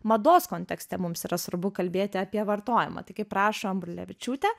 mados kontekste mums yra svarbu kalbėti apie vartojimą tai kaip rašo ambrulevičiūtė